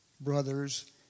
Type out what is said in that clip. brothers